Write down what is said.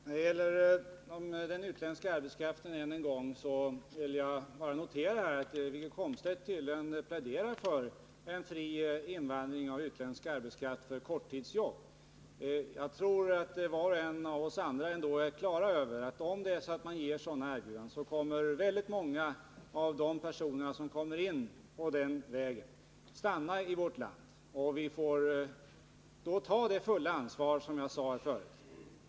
Herr talman! När det gäller den utländska arbetskraften, än en gång, vill jag bara notera att Wiggo Komstedt tydligen pläderar för en fri invandring av utländsk arbetskraft för korttidsjobb. Jag tror att var och en av oss andra ändå är klar över att om vi ger sådana erbjudanden kommer väldigt många av de personer som kommer till Sverige den vägen att stanna i vårt land. Och vi får då ta det fulla ansvaret för detta, som jag sade förut.